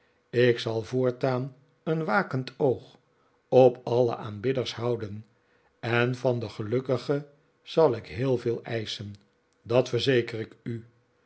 ik zal voortaan een wakend oog op alle aanbidders houden en van den gelukkige zal ik heel veel eischen dat verzeker ik u